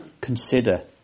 Consider